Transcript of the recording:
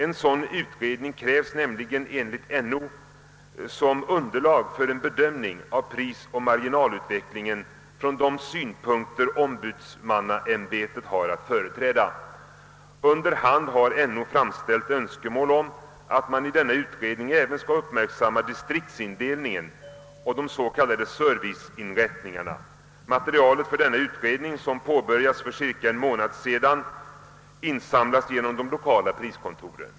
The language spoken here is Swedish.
En sådan utredning krävs nämligen enligt NO som underlag för en bedömning av prisoch marginalutvecklingen från de synpunkter som ombudsmannaämbetet har att företräda. Under hand har NO framställt önskemål om att man i denna utredning även skulle uppmärksamma distriktsindelningen och de s.k. serviceinrättningarna. Materialet för denna utredning, som påbörjades för en månad sedan, insamlas genom de lokala priskontoren.